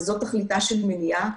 וזו תכליתה של מניעה.